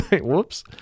whoops